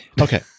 Okay